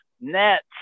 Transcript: Nets